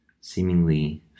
seemingly